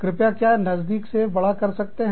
कृपया क्या नजदीक से बड़ा कर सकते हैं